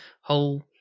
whole